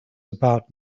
about